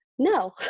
No